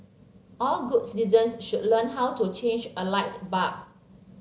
all good citizens should learn how to change a light bulb